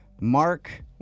Mark